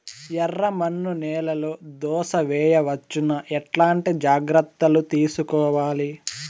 ఎర్రమన్ను నేలలో దోస వేయవచ్చునా? ఎట్లాంటి జాగ్రత్త లు తీసుకోవాలి?